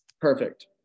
Perfect